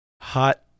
Hot